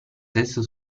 testa